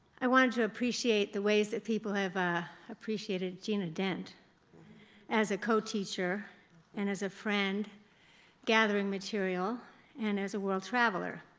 i wanted to appreciate the ways that people have appreciated gina dent as a co-teacher and as a friend gathering material and as a world traveler.